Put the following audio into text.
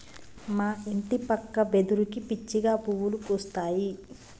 మా ఇంటి పక్క వెదురుకి పిచ్చిగా పువ్వులు పూస్తాయి